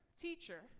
teacher